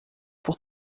pour